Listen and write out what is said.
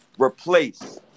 replace